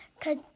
cause